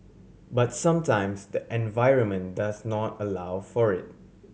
but sometimes the environment does not allow for it